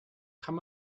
kann